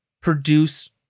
produce